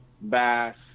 bass